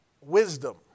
Wisdom